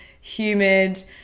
humid